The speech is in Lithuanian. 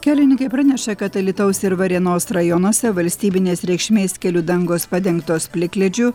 kelininkai praneša kad alytaus ir varėnos rajonuose valstybinės reikšmės kelių dangos padengtos plikledžiu